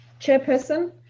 chairperson